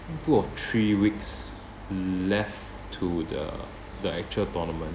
I think two or three weeks left to the the actual tournament